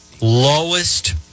Lowest